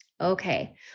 Okay